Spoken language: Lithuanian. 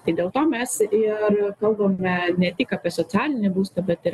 tai dėl to mes ir kalbame ne tik apie socialinį būstą bet ir